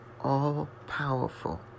all-powerful